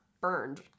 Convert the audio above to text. burned